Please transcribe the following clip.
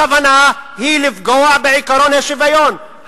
הכוונה היא לפגוע בעקרון השוויון,